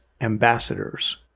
Ambassadors